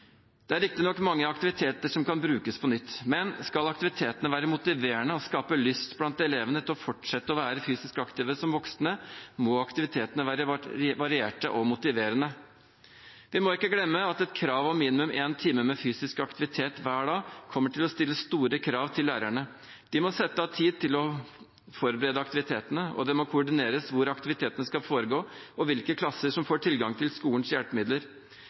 Det er riktignok mange aktiviteter som kan brukes på nytt, men skal aktivitetene være motiverende og skape lyst blant elevene til å fortsette å være fysisk aktive som voksne, må aktivitetene være varierte og motiverende. Vi må ikke glemme at et krav om minimum én time fysisk aktivitet hver dag kommer til å stille store krav til lærerne. De må sette av tid til å forberede aktivitetene, og det må koordineres hvor aktivitetene skal foregå, og hvilke klasser som får tilgang til skolens hjelpemidler.